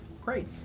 great